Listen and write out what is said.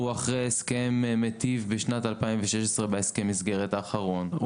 הוא אחרי הסכם מיטיב בשנת 2016 בהסכם המסגרת האחרון.